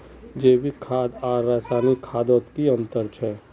जैविक खाद आर रासायनिक खादोत की अंतर छे?